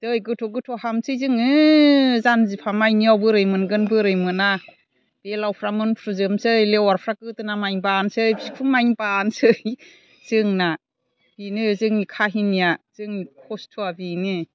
जै गोथौ गोथौ हाबनोसै जोङो जान्जिफा मानियाव बोरै मोनगोन बोरै मोना बेलावफ्रा मोनफ्रुजोबनोसै लेवारफ्रा गोदोना मानि बानोसै बिखुं मानि बानोसै जोंना बेनो जोंनि काहिनिया जोंनि कस्त'आ बेनो